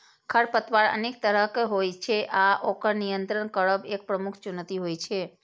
खरपतवार अनेक तरहक होइ छै आ ओकर नियंत्रित करब एक प्रमुख चुनौती होइ छै